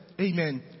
amen